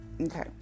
Okay